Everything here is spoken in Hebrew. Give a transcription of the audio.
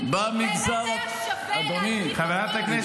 אדוני היושב-ראש,